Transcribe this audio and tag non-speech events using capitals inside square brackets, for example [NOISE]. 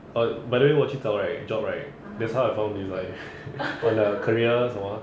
err by the way 我去找 right job right that's how I found this line [LAUGHS] on their career 什么 uh